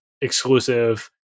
exclusive